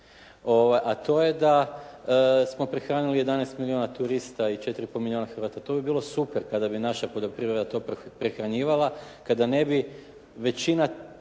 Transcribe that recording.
a to je da smo prehranili 11 milijuna turista i 4 i pol milijuna Hrvata. To bi bilo super kada bi naša poljoprivreda to prehranjivala, kada ne bi većina toga